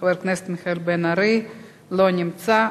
חבר הכנסת מיכאל בן-ארי, לא נמצא.